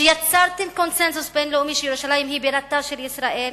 שיצרתם קונסנזוס בין-לאומי שירושלים היא בירתה של ישראל?